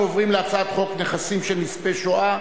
אנחנו עוברים להצעת חוק נכסים של נספי השואה